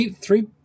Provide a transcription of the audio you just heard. three